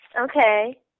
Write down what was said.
Okay